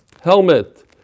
helmet